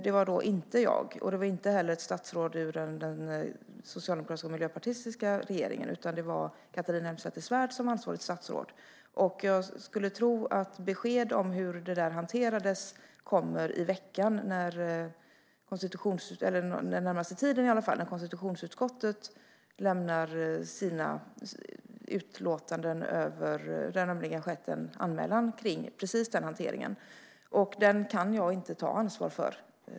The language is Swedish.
Det var inte jag, och det var inte heller ett statsråd ur den socialdemokratiska och miljöpartistiska regeringen, utan det var Catharina Elmsäter-Svärd som var ansvarigt statsråd. Jag skulle tro att besked om hur detta hanterades kommer inom den närmaste tiden, när konstitutionsutskottet avlämnar sitt betänkande. Det har nämligen skett en anmälan av just den hanteringen, som jag inte kan ta ansvar för.